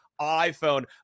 iPhone